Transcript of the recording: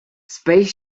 space